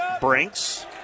Brinks